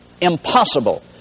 Impossible